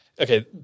okay